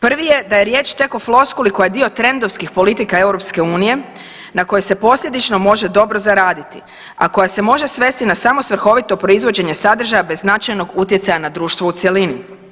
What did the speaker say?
Prvi je da je riječ tek o floskuli koja je dio trendovskih politika EU na koje se posljedično može dobro zaraditi, a koja se može svesti na samo svrhovito proizvođenje sadržaja bez značajnog utjecaja na društvo u cjelini.